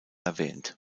erwähnt